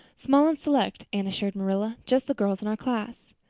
small and select, anne assured marilla. just the girls in our class.